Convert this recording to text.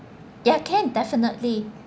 ya can definitely